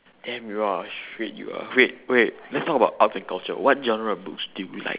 damn you are a freak you are wait wait let's talk about arts and culture what genre of books did you like